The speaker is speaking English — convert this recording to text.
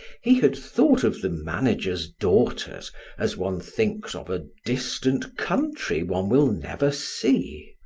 he had thought of the manager's daughters as one thinks of a distant country one will never see.